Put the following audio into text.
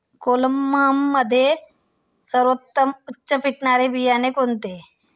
कोलममध्ये सर्वोत्तम उच्च पिकणारे बियाणे कोणते?